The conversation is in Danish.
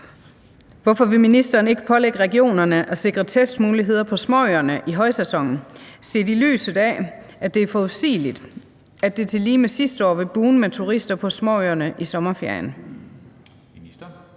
Hvorfor vil ministeren ikke pålægge regionerne at sikre testmuligheder på småøerne i højsæsonen, set i lyset af at det er forudsigeligt, at det tillige med sidste år vil bugne med turister på småøerne i sommerferien?